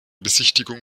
besichtigung